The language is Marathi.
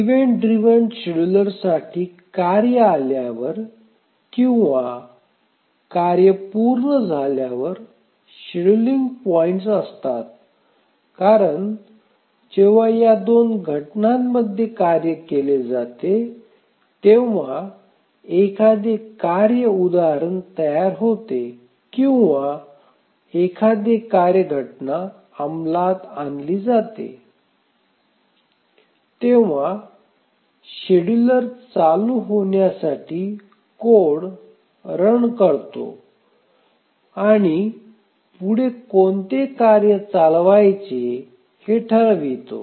इव्हेंट ड्राईव्ह शेड्यूलर्ससाठी कार्य आल्यावर किंवा कार्य पूर्ण झाल्यावर शेड्यूलिंग पॉईंट्स असतात कारण जेव्हा या दोन घटनांमध्ये कार्य केले जाते तेव्हा एखादे कार्य उदाहरण तयार होते किंवा एखादे कार्य घटना अंमलात आणली जाते तेव्हा शेड्यूलर चालू होण्यासाठी कोड रन करतो आणि पुढे कोणते कार्य चालवायचे हे ठरवितो